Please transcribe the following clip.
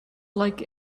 like